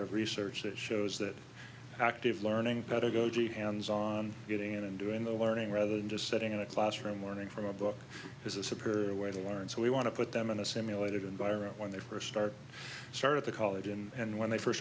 of research that shows that active learning pedagogy hands on getting in and doing the learning rather than just sitting in a classroom learning from a book is a superior way to learn so we want to put them in a simulated environment when they first start start at the college and when they first